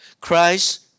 Christ